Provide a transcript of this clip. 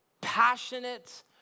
passionate